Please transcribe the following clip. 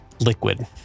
liquid